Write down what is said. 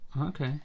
Okay